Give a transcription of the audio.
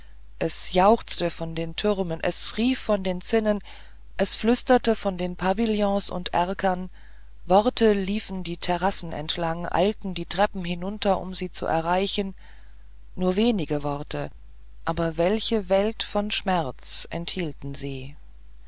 es jauchzte von den türmen es rief von den zinnen flüsterte von den pavillons und erkern worte liefen die terrassen entlang eilten die treppen hinunter um sie zu erreichen nur wenige worte aber welche welt von schmerz enthielten sie